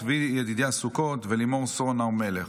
צבי ידידיה סוכות ולימור סון הר מלך.